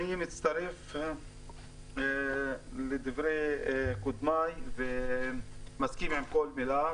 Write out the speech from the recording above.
אני מצטרף לדברי קודמיי ומסכים עם כל מילה,